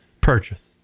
purchase